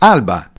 Alba